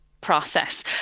process